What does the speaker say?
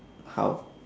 how